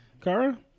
Kara